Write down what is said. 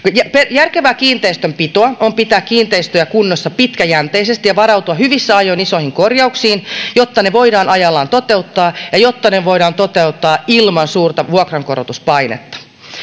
järkevää kiinteistönpitoa on pitää kiinteistöä kunnossa pitkäjänteisesti ja varautua hyvissä ajoin isoihin korjauksiin jotta ne voidaan ajallaan toteuttaa ja jotta ne voidaan toteuttaa ilman suurta vuokrankorotuspainetta